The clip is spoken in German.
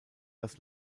das